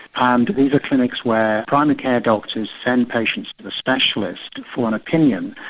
and these are clinics where primary care doctors send patients to the specialist for an opinion.